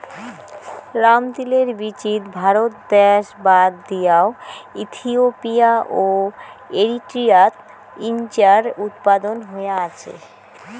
রামতিলের বীচিত ভারত দ্যাশ বাদ দিয়াও ইথিওপিয়া ও এরিট্রিয়াত ইঞার উৎপাদন হয়া আছে